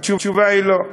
התשובה היא: לא.